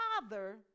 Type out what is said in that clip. father